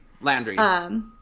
Landry